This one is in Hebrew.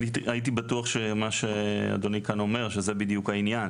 אני הייתי בטוחה שמה שאדוני כאן אומר זה בדיוק העניין.